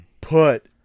Put